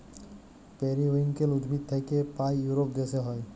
periwinkle উদ্ভিদ থাক্যে পায় ইউরোপ দ্যাশে হ্যয়